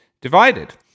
divided